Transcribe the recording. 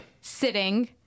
sitting